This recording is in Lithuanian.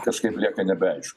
kažkaip lieka nebeaišku